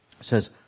says